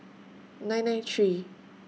nine nine three